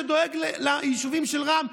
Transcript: שדואג ליישובים של רע"מ,